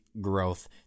growth